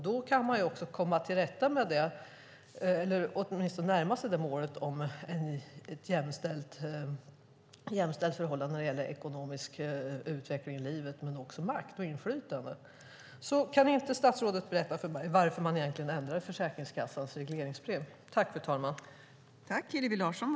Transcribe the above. Då kan man åtminstone närma sig målet om ett jämställt förhållande när det gäller ekonomisk utveckling i livet, makt och inflytande. Kan inte statsrådet berätta för mig varför man egentligen ändrade Försäkringskassans regleringsbrev?